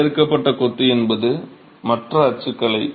வரையறுக்கப்பட்ட கொத்து என்பது மற்ற அச்சுக்கலை